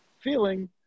feeling